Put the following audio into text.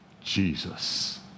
Jesus